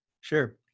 sure